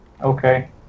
Okay